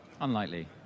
Unlikely